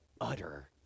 utter